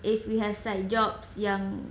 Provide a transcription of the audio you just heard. if we have side jobs yang